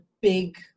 big